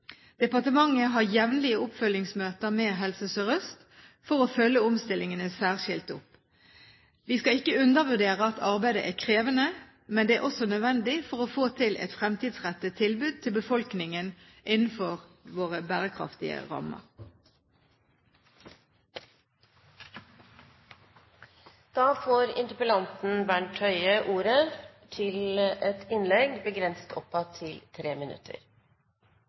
Departementet har jevnlige oppfølgingsmøter med Helse Sør-Øst for å følge omstillingene særskilt opp. Vi skal ikke undervurdere at arbeidet er krevende, men det er også nødvendig for å få til et fremtidsrettet tilbud til befolkningen innenfor våre bærekraftige